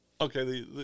Okay